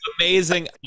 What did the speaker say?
Amazing